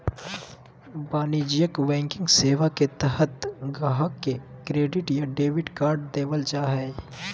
वाणिज्यिक बैंकिंग सेवा के तहत गाहक़ के क्रेडिट या डेबिट कार्ड देबल जा हय